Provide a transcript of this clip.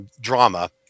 drama